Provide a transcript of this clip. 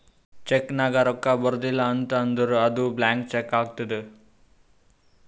check ನಾಗ್ ರೊಕ್ಕಾ ಬರ್ದಿಲ ಅಂತ್ ಅಂದುರ್ ಅದು ಬ್ಲ್ಯಾಂಕ್ ಚೆಕ್ ಆತ್ತುದ್